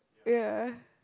ya